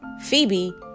Phoebe